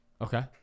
Okay